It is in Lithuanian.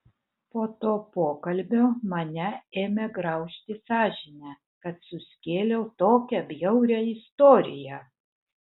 po to pokalbio mane ėmė graužti sąžinė kad suskėliau tokią bjaurią istoriją